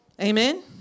Amen